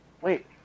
Wait